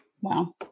Wow